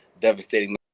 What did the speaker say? devastating